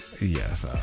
Yes